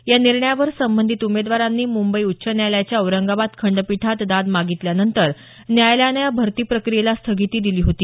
या निर्णयावर संबंधित उमेदवारांनी मुंबई उच्च न्यायालयाच्या औरंगाबाद खंडपीठात दाद मागितल्यानंतर न्यायालयानं या भरती प्रक्रियेला स्थगिती दिली होती